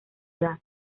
edad